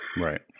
Right